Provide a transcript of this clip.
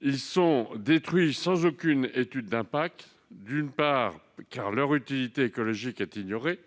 Ils sont détruits sans aucune étude d'impact, d'une part, parce que leur utilité écologique est ignorée,